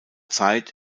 zeit